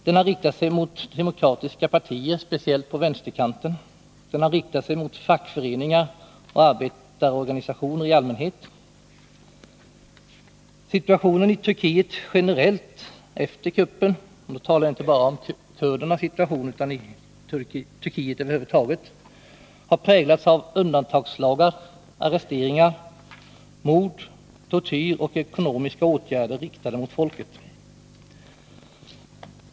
Den har riktat sig mot demokratiska partier speciellt på vänsterkanten. Den har riktat sig mot fackföreningar och arbetarorganisationer i allmänhet. Situationen i Turkiet efter kuppen generellt — jag talar alltså inte bara om kurdernas situation utan om situationen i Turkiet över huvud taget — har präglats av undantagslagar, arresteringar, mord, tortyr och ekonomiska åtgärder, riktade mot folket.